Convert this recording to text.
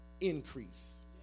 Increase